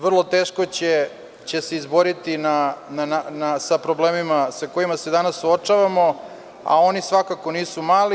Vrlo teško će se izboriti sa problemima sa kojima se danas suočavamo, a oni svakako nisu mali.